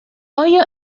آیا